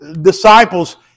disciples